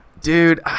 Dude